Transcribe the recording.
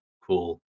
Cool